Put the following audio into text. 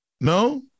no